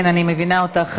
כן, אני מבינה אותך.